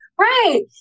Right